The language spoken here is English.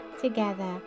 together